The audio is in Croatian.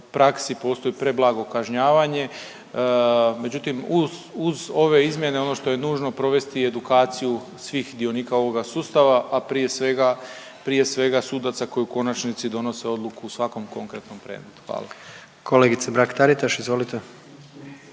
u praksi postoji preblago kažnjavanje. Međutim, uz, uz ove izmjene ono što je nužno provesti je edukaciju svih dionika ovoga sustava, a prije svega, prije svega sudaca koji u konačnici donose odluku u svakom konkretnom predmetu. Hvala. **Jandroković, Gordan